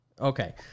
Okay